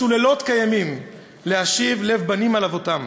עשו לילות כימים להשיב לב בנים על אבותם.